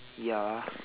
ya